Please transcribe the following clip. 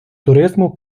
туризму